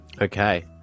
Okay